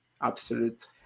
absolute